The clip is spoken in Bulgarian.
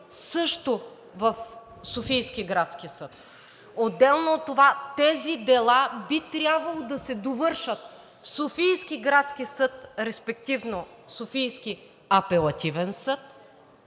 също в Софийския градски съд. Отделно от това, тези дела би трябвало да се довършат – в Софийския градски съд, респективно в Софийския апелативен съд,